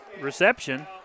reception